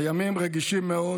הימים רגישים מאוד.